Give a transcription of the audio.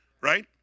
right